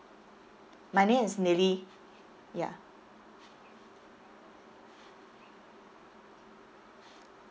my name is lily ya